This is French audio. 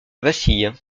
vacille